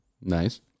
Nice